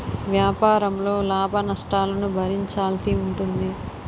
వ్యాపారంలో లాభనష్టాలను భరించాల్సి ఉంటుంది